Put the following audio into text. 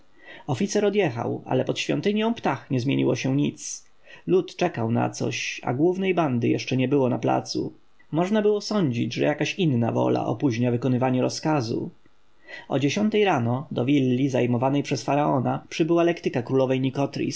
oficer odjechał ale pod świątynią ptah nie zmieniło się nic lud czekał na coś a głównej bandy jeszcze nie było na placu można było sądzić że jakaś inna wola opóźnia wykonywanie rozkazów o dziesiątej rano do willi zajmowanej przez faraona przybyła lektyka królowej nikotris